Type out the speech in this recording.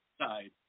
side